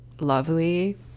lovely